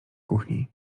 kuchni